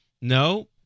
No